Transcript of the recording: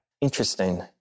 Interesting